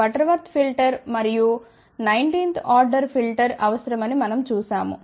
Butterworth filter మరియు 19 వ order filter అవసరమని మనం చూశాము